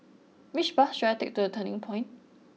which bus should I take to The Turning Point